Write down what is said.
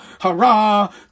Hurrah